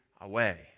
away